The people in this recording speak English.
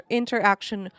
interaction